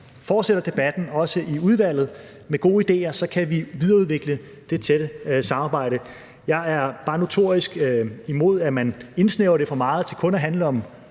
fortsætter debatten, også i udvalget, med gode idéer, kan vi videreudvikle det tætte samarbejde. Jeg er bare notorisk imod, at man indsnævrer det for meget til kun at handle om